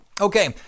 okay